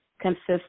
consists